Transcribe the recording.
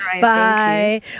Bye